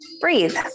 Breathe